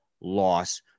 loss